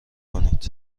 کنید